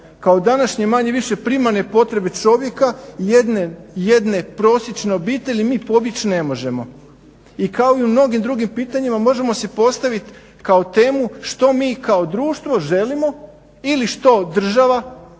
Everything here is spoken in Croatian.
kao današnje manje-više primarne potrebe čovjeka, jedne prosječne obitelji mi pobjeć ne možemo, i kao i u mnogim drugim pitanjima možemo si postaviti kao temu što mi kao društvo želimo ili što država u